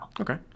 Okay